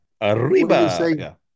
Arriba